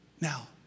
Now